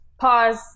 Pause